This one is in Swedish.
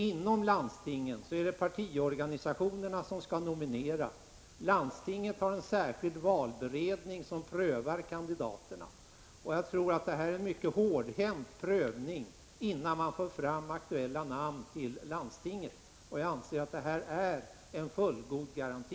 Inom landstinget är det partiorganisationerna som skall nominera. Landstinget har en särskild valberedning som prövar kandidaterna. Jag tror att det blir en mycket hårdhänt prövning, innan namnen presenteras för landstinget. Jag anser att det här finns en fullgod garanti.